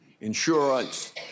insurance